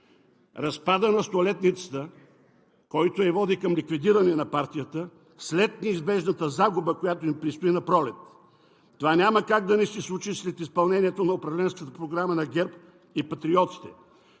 разпадът на Столетницата, който я води към ликвидиране на партията след неизбежната загуба, която им предстои напролет. Това няма как да не се случи след изпълнението на Управленската програма на ГЕРБ и Патриотите,